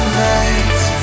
nights